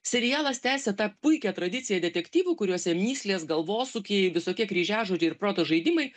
serialas tęsia tą puikią tradiciją detektyvų kuriuose mįslės galvosūkiai visokie kryžiažodžiai ir proto žaidimai